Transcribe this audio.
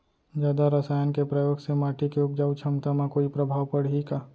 जादा रसायन के प्रयोग से माटी के उपजाऊ क्षमता म कोई प्रभाव पड़ही का?